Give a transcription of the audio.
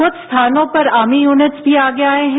कुछ स्थानों पर आर्मी यूनिट्स भी आगे आए हैं